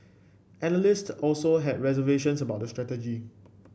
analysts also had reservations about the strategy